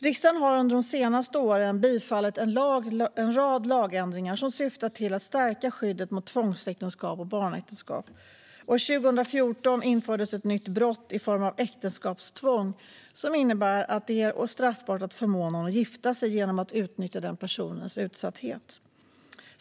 Riksdagen har de senaste åren bifallit en rad lagändringar med syfte att stärka skyddet mot tvångsäktenskap och barnäktenskap. År 2014 infördes ett nytt brott i form äktenskapstvång. Det innebär att det är straffbart att förmå någon att gifta sig genom att utnyttja personens utsatthet.